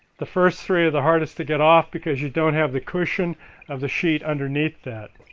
the first three are the hardest to get off because you don't have the cushion of the sheet underneath that